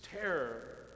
terror